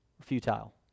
futile